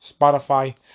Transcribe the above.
Spotify